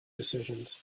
decisions